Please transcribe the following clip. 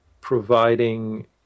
providing –